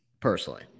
personally